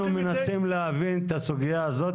אנחנו מנסים להבין את הסוגיה הזאת.